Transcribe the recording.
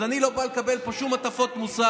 אז אני לא בא לקבל פה שום הטפות מוסר,